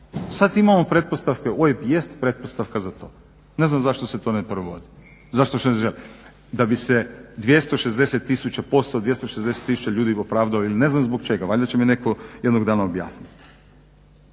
Sad imamo pretpostavke, OIB jest pretpostavka za to. Ne znam zašto se to ne provodi, … da bi se 260 000 …, 260 000 ljudi … ili ne znam zbog čega. Valjda će mi netko jednog dana objasniti.